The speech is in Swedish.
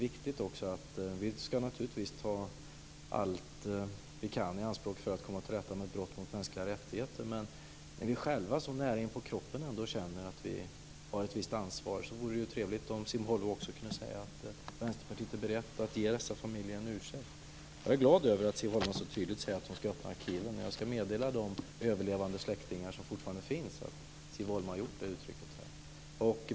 Vi ska naturligtvis ta allt vi kan i anspråk för att komma till rätta med brott mot mänskliga rättigheter, men när vi själva så nära inpå kroppen ändå känner att vi har ett visst ansvar vore det trevligt om Siv Holma också kunde säga att Vänsterpartiet är berett att ge dessa familjer en ursäkt. Jag är glad över att Siv Holma så tydligt säger att hon ska öppna arkiven. Jag ska meddela de överlevande släktingar som fortfarande finns att Siv Holma gjort det uttalandet.